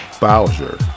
Bowser